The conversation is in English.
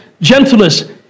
gentleness